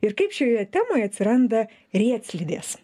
ir kaip šioje temoje atsiranda riedslidės